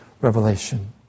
revelation